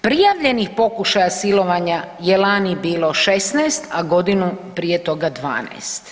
Prijavljenih pokušaja silovanja je lani bilo 16, a godinu prije toga 12.